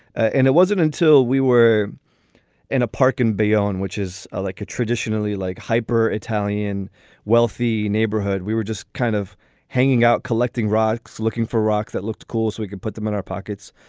and it wasn't until we were in a park in bayonne, which is ah like a traditionally, like, hyper italian wealthy neighborhood. we were just kind of hanging out, collecting rocks, looking for rocks that looked cause we could put them in our pockets.